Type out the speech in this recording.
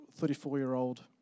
34-year-old